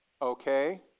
Okay